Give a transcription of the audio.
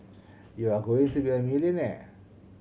you're going to be a millionaire